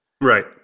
right